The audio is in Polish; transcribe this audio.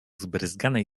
zbryzganej